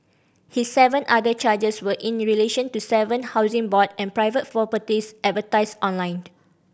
his seven other charges were in the relation to seven Housing Board and private properties advertised online